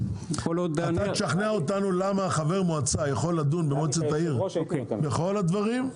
אתה תשכנע אותנו למה חבר מועצה יכול לדון במועצת העיר בכל הדברים,